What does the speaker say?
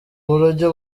buryo